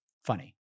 Funny